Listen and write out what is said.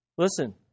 Listen